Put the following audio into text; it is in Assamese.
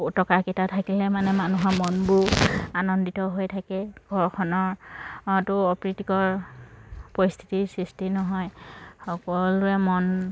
টকাকেইটা থাকিলে মানে মানুহৰ মনবোৰো আনন্দিত হৈ থাকে ঘৰখনতো অপ্ৰীতিকৰ পৰিস্থিতিৰ সৃষ্টি নহয় সকলোৰে মন